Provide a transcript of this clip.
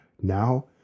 now